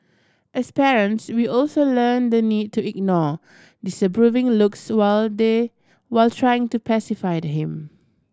as parents we also learn the need to ignore disapproving looks while they while trying to pacified him